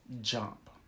jump